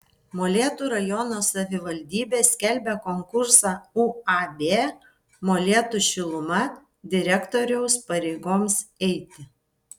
molėtų rajono savivaldybė skelbia konkursą uab molėtų šiluma direktoriaus pareigoms eiti